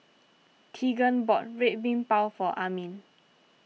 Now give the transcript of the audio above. Teagan bought Red Bean Bao for Amin